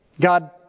God